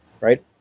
Right